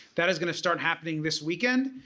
that is going to start happening this weekend.